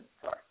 Sorry